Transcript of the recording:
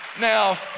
now